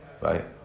right